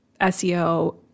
SEO